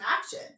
action